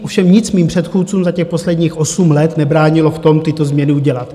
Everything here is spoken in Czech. Ovšem nic mým předchůdcům za těch posledních osm let nebránilo v tom, tyto změny udělat.